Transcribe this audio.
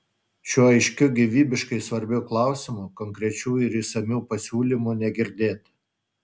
šiuo aiškiu gyvybiškai svarbiu klausimu konkrečių ir išsamių pasiūlymų negirdėti